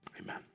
Amen